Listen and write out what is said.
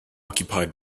occupied